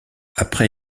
après